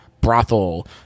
Brothel